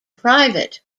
private